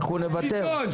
אנחנו נוותר,